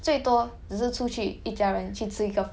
收到 birthday presents 的